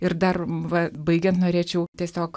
ir dar va baigiant norėčiau tiesiog